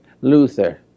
Luther